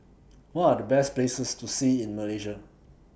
What Are The Best Places to See in Malaysia